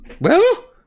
Well